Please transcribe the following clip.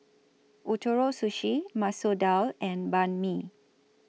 Ootoro Sushi Masoor Dal and Banh MI